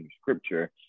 scripture